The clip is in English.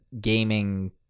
gaming